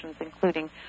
including